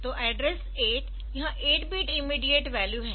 तो एड्रेस 8 यह 8 bit immediate value है